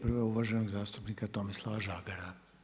Prva je uvaženog zastupnika Tomislava Žagara.